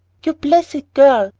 you blessed girl!